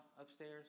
upstairs